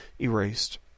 erased